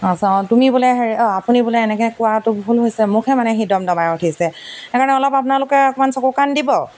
অঁ তুমি বোলে হেৰি অঁ আপুনি বোলে এনেকৈ কোৱাটো ভুল হৈছে মোকহে মানে সি দম দমাই উঠিছে সেইকাৰণে অলপ আপোনালোকে অকণমান চকু কাণ দিব